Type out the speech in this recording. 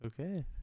Okay